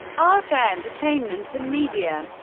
art, entertainment, and media